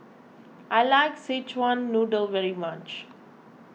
I like Szechuan Noodle very much